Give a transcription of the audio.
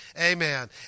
Amen